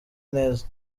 neza